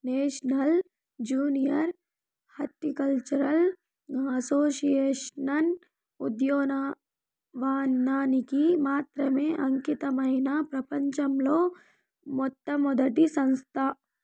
national junior horticultural association ఉద్యానవనానికి మాత్రమే అంకితమైన ప్రపంచంలో మొట్టమొదటి సంస్థ